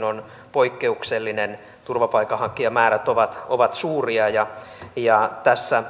on poikkeuksellinen turvapaikanhakijamäärät ovat ovat suuria ja ja tässä